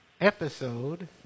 episode